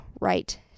right